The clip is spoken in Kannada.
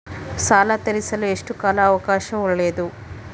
ಸಾಲ ತೇರಿಸಲು ಎಷ್ಟು ಕಾಲ ಅವಕಾಶ ಒಳ್ಳೆಯದು?